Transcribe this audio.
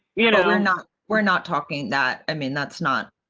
you know, we're not, we're not talking that. i mean, that's not.